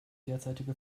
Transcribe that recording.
derzeitige